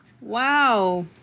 Wow